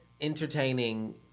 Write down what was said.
entertaining